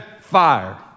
fire